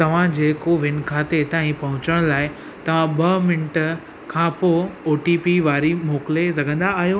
तव्हांजे कोविन खाते ताईं पहुचण लाइ तां ॿ मिंट खां पोइ ओटीपी वरी मोकिले सघंदा आहियो